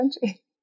country